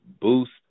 boost